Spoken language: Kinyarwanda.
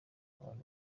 abantu